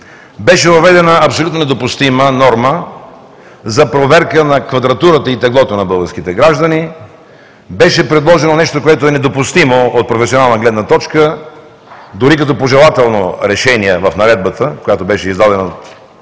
Беше въведена абсолютно недопустима норма за проверка на квадратурата и теглото на българските граждани, беше предложено нещо, което е недопустимо от професионална гледна точка, дори като пожелателно решение в наредбата, която беше извадена